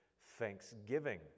thanksgiving